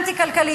אנטי-כלכלי,